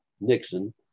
Nixon